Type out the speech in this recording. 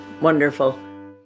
wonderful